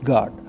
God